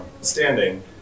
standing